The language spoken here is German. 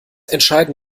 entscheiden